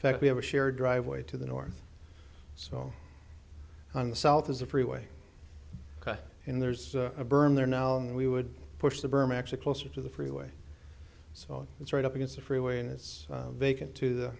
fact we have a shared driveway to the north so on the south is a freeway cut in there's a berm there now and we would push the berm actually closer to the freeway so it's right up against the freeway and it's vacant to the